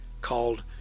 called